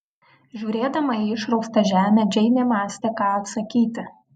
žiūrėdama į išraustą žemę džeinė mąstė ką atsakyti